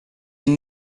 une